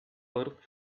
earth